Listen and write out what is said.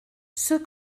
ceux